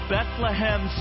Bethlehem